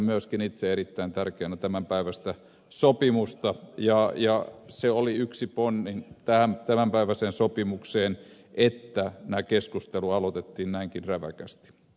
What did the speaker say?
pidän myöskin itse erittäin tärkeänä tämänpäiväistä sopimusta ja se oli yksi ponnin tämänpäiväiseen sopimukseen että tämä keskustelu aloitettiin näinkin räväkästi